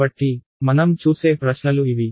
కాబట్టి మనం చూసే ప్రశ్నలు ఇవి